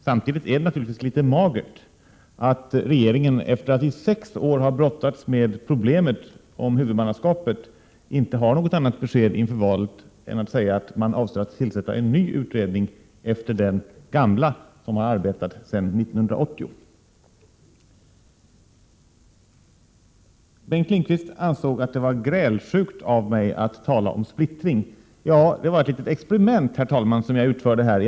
Samtidigt är det naturligtvis litet magert att regeringen, efter att i sex år ha brottats med problemet om huvudmannaskapet, inte har något annat besked inför valet än att säga att man avser att tillsätta en ny utredning efter den gamla som har arbetat sedan 1980. Bengt Lindqvist ansåg att det var grälsjukt av mig att tala om splittring. Ja, det var ett litet experiment som jag utförde här.